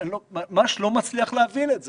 אני ממש לא מצליח להבין את זה.